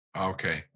Okay